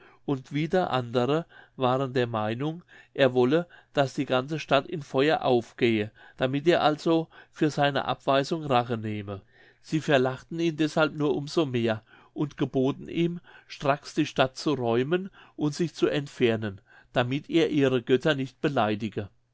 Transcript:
und wieder andere waren der meinung er wolle daß die ganze stadt in feuer aufgehe damit er also für seine abweisung rache nehme sie verlachten ihn deshalb nur um so mehr und geboten ihm straks die stadt zu räumen und sich zu entfernen damit er ihre götter nicht beleidige